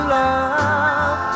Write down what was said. love